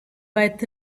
but